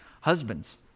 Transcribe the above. Husbands